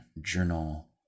journal